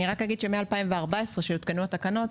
אני רק אגיד שמ-2014 כשהותקנו התקנות,